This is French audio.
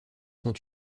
sont